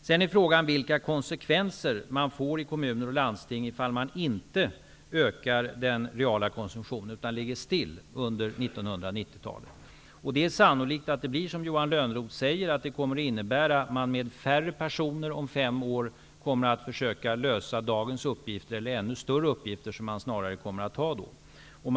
Sedan är frågan vilka konsekvenserna blir i kommuner och landsting om man inte ökar den reala konsumtionen utan den ligger still under 1990-talet. Det är sannolikt att det blir som Johan Lönnroth säger, dvs. att det kommer att innebära att man med färre personer om fem år kommer att försöka att lösa dagens uppgifter, eller ännu större uppgifter som man snarare kommer att ha.